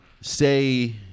Say